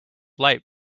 light